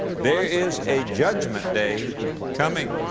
there is a judgment day coming.